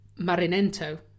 Marinento